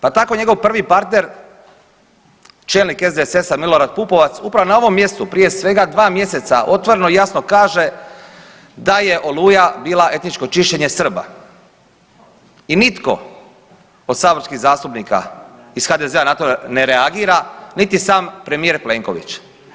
Pa tako njegov prvi partner čelnik SDSS-a Milorad Pupovac upravo na ovom mjestu prije svega dva mjeseca otvoreno i jasno kaže da je Oluja bila etničko čišćenje Srba i nitko od saborskih zastupnika iz HDZ-a na to ne reagira niti sam premijer Plenković.